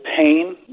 pain